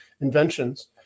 inventions